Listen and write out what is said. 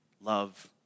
Love